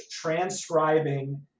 transcribing